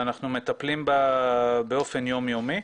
ואנחנו מטפלים בה באופן יום-יומי,